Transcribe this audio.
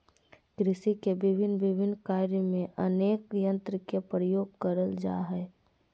कृषि के भिन्न भिन्न कार्य में अनेक यंत्र के प्रयोग करल जा हई